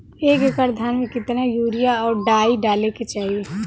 एक एकड़ धान में कितना यूरिया और डाई डाले के चाही?